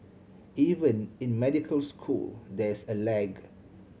even in medical school there's a lag